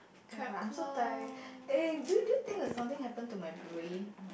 oh-my-god I'm so tired eh do do you think that something happen to my brain